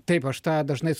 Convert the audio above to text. taip aš tą dažnai